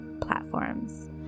platforms